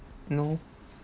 no